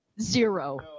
Zero